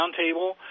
roundtable